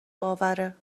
باوره